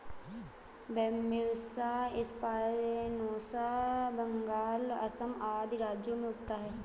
Bambusa spinosa Bengal, Assam आदि राज्यों में उगता है